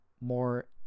more